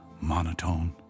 monotone